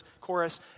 chorus